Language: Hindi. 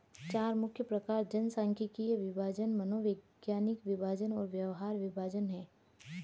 चार मुख्य प्रकार जनसांख्यिकीय विभाजन, मनोवैज्ञानिक विभाजन और व्यवहार विभाजन हैं